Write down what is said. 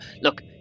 look